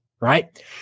right